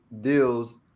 deals